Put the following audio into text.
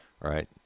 right